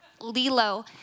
Lilo